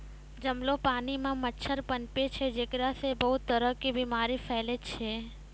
जमलो पानी मॅ मच्छर पनपै छै जेकरा सॅ बहुत तरह के बीमारी फैलै छै